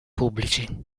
pubblici